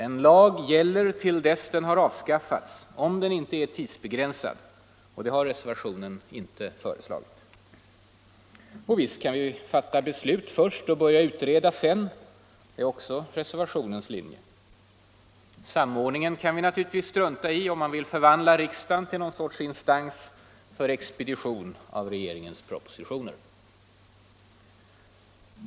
En lag gäller till dess den har avskaffats, om den inte är tidsbegränsad — och det har reservationen inte föreslagit. Och visst kan vi fatta beslut först och börja utreda sedan; det är också reservationens linje. Samordningen kan vi naturligtvis strunta i om man vill förvandla riksdagen till någon sorts instans för expedition av regeringens propositioner.